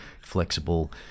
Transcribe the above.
flexible